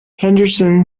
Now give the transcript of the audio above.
henderson